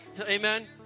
Amen